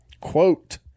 quote